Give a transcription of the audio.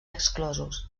exclosos